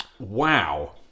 Wow